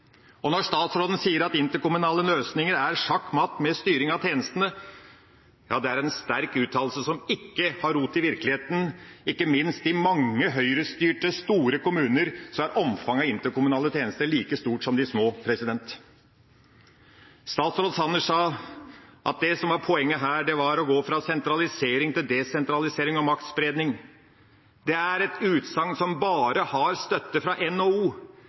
og når statsråden sier at interkommunale løsninger er «satt sjakkmatt i styringen av tjenestene», er det en sterk uttalelse som ikke har rot i virkeligheten – ikke minst i mange Høyre-styrte, store kommuner er omfanget av interkommunale tjenester like stort som i de små. Statsråd Sanner sa at det som var poenget her, var å gå fra sentralisering til desentralisering og maktspredning. Det er et utsagt som bare har støtte fra NHO.